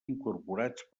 incorporats